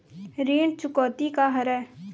ऋण चुकौती का हरय?